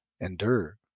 endure